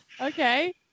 okay